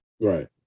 Right